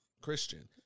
Christian